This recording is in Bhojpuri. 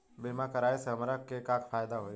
बीमा कराए से हमरा के का फायदा होई?